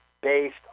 based